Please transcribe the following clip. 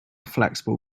flexible